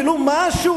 ולו משהו,